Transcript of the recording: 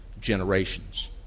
generations